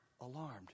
alarmed